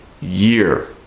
year